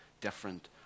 different